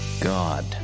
God